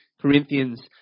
Corinthians